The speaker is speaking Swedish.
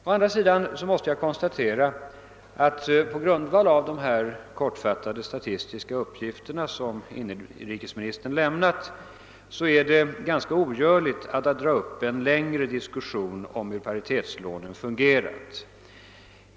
Å andra sidan måste konstateras att det är ganska ogörligt att på grundval av de kortfattade statistiska uppgifter som inrikesministern lämnat dra upp en längre diskussion om hur paritetslånen fungerat.